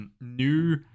new